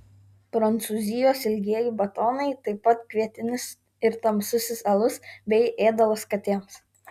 prancūzijos ilgieji batonai taip pat kvietinis ir tamsusis alus bei ėdalas katėms